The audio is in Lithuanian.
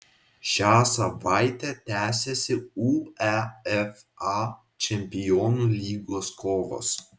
šią savaitę tęsiasi uefa čempionų lygos kovos